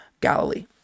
Galilee